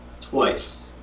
Twice